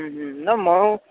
ন ময়ো